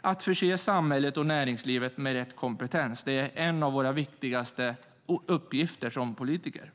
Att förse samhället och näringslivet med rätt kompetens är en av våra viktigaste uppgifter som politiker.